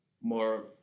more